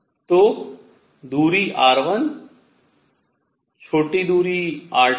तो दूरी r1 छोटी दूरी r2 है